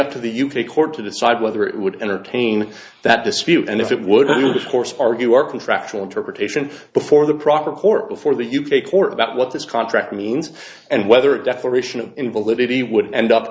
up to the u k court to decide whether it would entertain that dispute and if it would argue our contractual interpretation before the proper court before the u k court about what this contract means and whether a definition of invalidity would end up